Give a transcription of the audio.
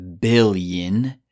billion